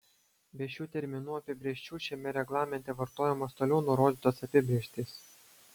be šių terminų apibrėžčių šiame reglamente vartojamos toliau nurodytos apibrėžtys